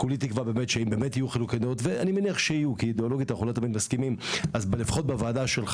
כולי תקווה שכשיהיו כאלה אז לפחות בוועדה שלך,